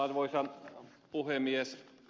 arvoisa puhemies